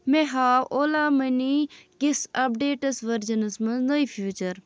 مےٚ ہاو اولا مٔنی کِس اپ ڈیڈس ؤرجنَس منٛز نٔے فیٖچر